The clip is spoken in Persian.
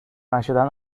نشدن